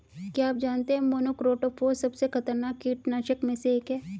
क्या आप जानते है मोनोक्रोटोफॉस सबसे खतरनाक कीटनाशक में से एक है?